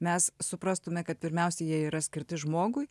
mes suprastumėme kad pirmiausia jie yra skirti žmogui